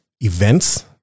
events